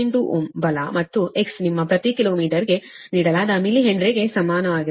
39Ω ಬಲ ಮತ್ತು x ನಿಮ್ಮ ಪ್ರತಿ ಕಿಲೋಮೀಟರಿಗೆ ನೀಡಲಾದ ಮಿಲಿಹೆನ್ರಿಗೆ ಸಮಾನವಾಗಿರುತ್ತದೆ